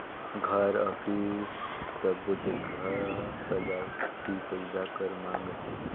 घर, अफिस सबो जघा सजावटी पउधा कर माँग अहे